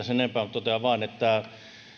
sen enempää totean vain että